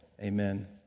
amen